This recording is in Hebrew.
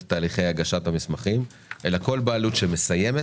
הליכי הגשת המסמכים אלא כל בעלות שמסיימת,